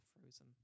frozen